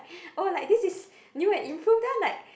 oh like this is new and improved then I like